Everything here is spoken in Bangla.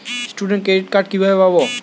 স্টুডেন্ট ক্রেডিট কার্ড কিভাবে পাব?